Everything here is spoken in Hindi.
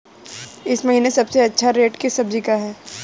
इस महीने सबसे अच्छा रेट किस सब्जी का है?